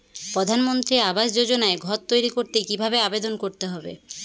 প্রধানমন্ত্রী আবাস যোজনায় ঘর তৈরি করতে কিভাবে আবেদন করতে হবে?